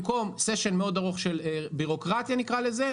במקום סשן מאוד ארוך של בירוקרטיה נקרא לזה,